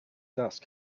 dust